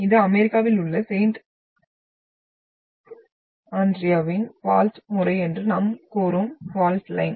இது அமெரிக்காவில் உள்ள செயிண்ட் ஆண்ட்ரியாவின் பால்ட் முறை என்று நாம் கூறும் பால்ட் லைன்